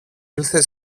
ήλθε